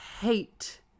hate